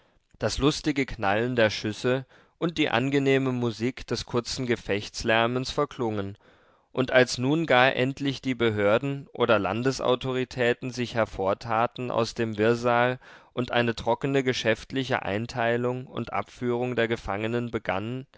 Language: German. das lustige knallen der schüsse und die angenehme musik des kurzen gefechtslärmens verklungen und als nun gar endlich die behörden oder landesautoritäten sich hervortaten aus dem wirrsal und eine trockene geschäftliche einteilung und abführung der gefangenen begann